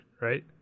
right